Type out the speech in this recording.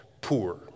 poor